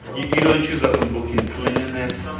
you don't choose like on booking, cleanliness,